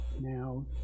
now